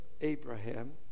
Abraham